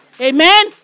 Amen